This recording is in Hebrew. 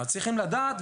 צריכים לדעת,